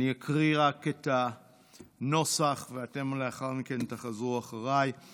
אני אקריא את הנוסח ואתם תחזרו אחריי לאחר מכן.